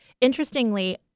Interestingly